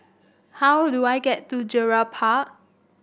how do I get to Gerald Park